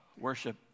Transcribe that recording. worship